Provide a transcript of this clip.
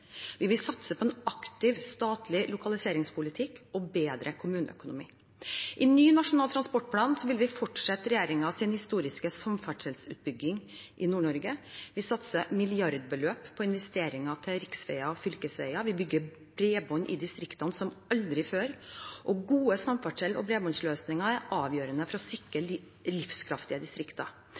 Vi vil satse på en aktiv statlig lokaliseringspolitikk og bedre kommuneøkonomi. I ny Nasjonal transportplan vil vi fortsette regjeringens historiske samferdselsutbygging i Nord-Norge. Vi satser milliardbeløp på investeringer til riksveier og fylkesveier. Vi bygger bredbånd i distriktene som aldri før. Gode samferdsels- og bredbåndsløsninger er avgjørende for å sikre